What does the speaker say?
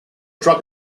drug